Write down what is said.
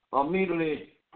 immediately